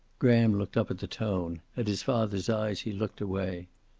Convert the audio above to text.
graham looked up at the tone. at his father's eyes, he looked away.